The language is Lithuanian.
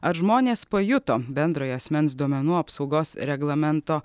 ar žmonės pajuto bendrojo asmens duomenų apsaugos reglamento